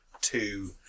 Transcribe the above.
two